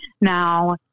Now